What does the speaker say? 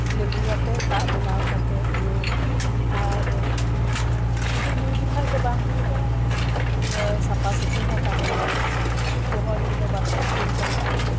ᱞᱮᱵᱩᱣᱟᱛᱮᱫ ᱫᱟᱜ ᱵᱮᱱᱟᱣ ᱠᱟᱛᱮᱫ ᱧᱩ ᱟᱨ ᱥᱩᱫᱩ ᱧᱩ ᱞᱮᱠᱷᱟᱱ ᱫᱚ ᱵᱟᱝ ᱦᱩᱭᱩᱜᱼᱟ ᱥᱟᱯᱟ ᱥᱟᱹᱯᱤ ᱦᱚᱸ ᱛᱟᱦᱮᱸᱱ ᱦᱩᱭᱩᱜᱼᱟ ᱡᱮᱢᱚᱱ ᱤᱧ ᱫᱚ ᱵᱟᱛᱨᱩᱢ ᱛᱮᱧ ᱪᱟᱞᱟᱜᱼᱟ